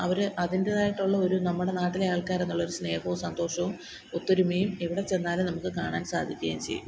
അവര് അതിൻ്റെതായിട്ടുള്ള ഒരു നമ്മുടെ നാട്ടിലെ ആൾക്കാരെന്നുള്ളൊരു സ്നേഹവും സന്തോഷവും ഒത്തൊരുമയും എവിടെ ചെന്നാലും നമുക്ക് കാണാൻ സാധിക്കുകയും ചെയ്യും